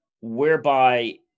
whereby